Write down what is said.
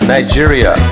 Nigeria